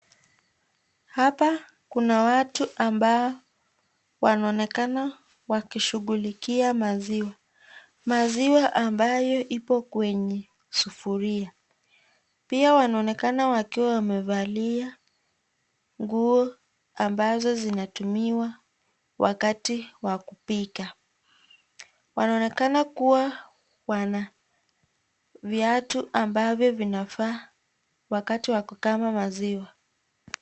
Hapa kuna watu ambao wanaonekana wakishughulikia maziwa, maziwa ambayo ipo kwenye sufuria pia wanaonekana wakiwa wamefalia nguo ambazo zinatumiwa wakati wa kupika, wanaonekana kuwa wana viatu ambayo vinafaa wakati wa kukamua maziwa.